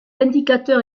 indicateur